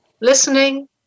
listening